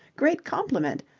great compliment.